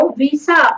visa